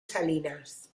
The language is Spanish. salinas